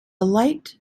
light